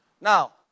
now